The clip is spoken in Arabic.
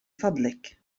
فضلك